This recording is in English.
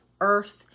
earth